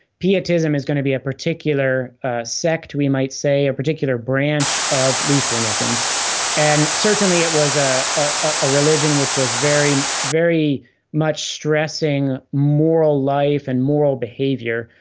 pietism is going to be a particular sect we might say a particular branch of lutheranism and certainly it was a a religion which was very very much stressing moral life and moral behavior,